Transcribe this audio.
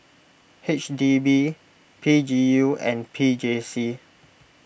H D B P G U and P J C